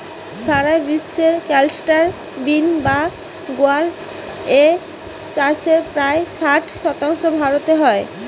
সারা বিশ্বে cluster bean বা গুয়ার এর চাষের প্রায় ষাট শতাংশ ভারতে হয়